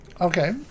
okay